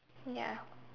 ya